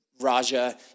Raja